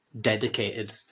dedicated